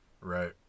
Right